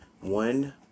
One